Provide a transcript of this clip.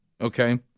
Okay